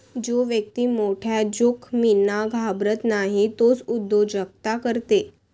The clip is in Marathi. जो व्यक्ती मोठ्या जोखमींना घाबरत नाही तोच उद्योजकता करते